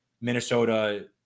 Minnesota